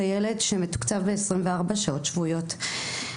זה ילד שמתוקצב ב-24 שעות שבועיות.